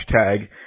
hashtag –